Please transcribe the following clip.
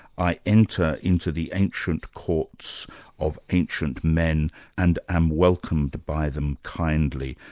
i enter into the ancient courts of ancient men and am welcomed by them kindly.